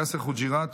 יאסר חוג'יראת,